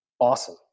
awesome